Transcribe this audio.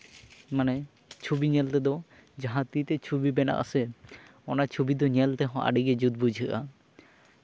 ᱢᱟᱱᱮ ᱡᱟᱦᱟᱸ ᱛᱤᱛᱮ ᱪᱷᱚᱵᱤ ᱵᱮᱱᱟᱜ ᱟᱥᱮ ᱚᱱᱟ ᱪᱷᱚᱵᱤ ᱫᱚ ᱧᱮᱞ ᱛᱮᱦᱚᱸ ᱟᱹᱰᱤᱜᱮ ᱡᱩᱛ ᱵᱩᱡᱷᱟᱹᱜᱼᱟ